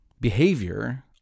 behavior